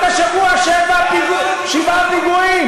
משום שזה התחום,